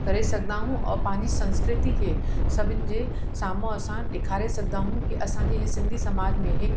करे सघंदा आहियूं और पंहिंजी संस्कृति खे सभिनी जे साम्हूं असां ॾेखारे सघंदा आहियूं कि असांजे इहा सिंधी समाज में हिकु